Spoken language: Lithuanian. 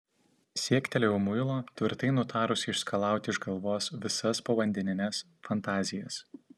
siektelėjau muilo tvirtai nutarusi išskalauti iš galvos visas povandenines fantazijas